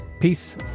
Peace